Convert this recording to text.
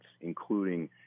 including